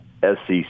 SEC